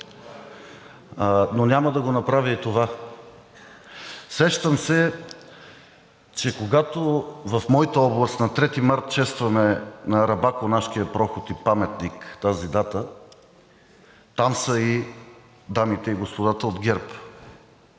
Няма обаче да направя и това. Сещам се, че когато в моята област на 3 март честваме на Арабаконашкия проход и паметник тази дата, там са и дамите и господата от ГЕРБ.